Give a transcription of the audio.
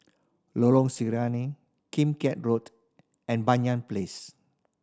Lorong Sinaran Kim Can Road and Banyan Place